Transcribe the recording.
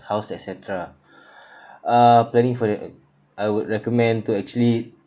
house et cetera uh planning for their I would recommend to actually